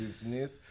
business